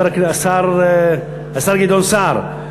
השר גדעון סער,